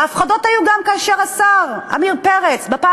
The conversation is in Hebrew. ההפחדות היו גם כאשר השר עמיר פרץ בפעם